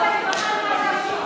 אני לא מכבדת אותך על מה שעשית